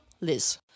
Liz